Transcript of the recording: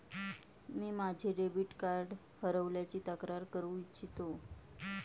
मी माझे debit card हरवल्याची तक्रार करू इच्छितो